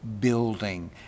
building